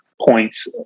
points